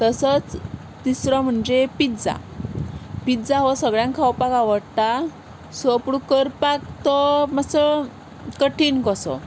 तसोच तिसरो म्हणजे पिज्जा पिज्जा हो सगळ्यांक खावपाक आवडटा सो पूण करपाक तो मातसो कठीण कसो